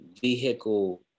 vehicle